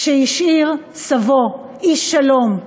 שהשאיר סבו, איש שלום,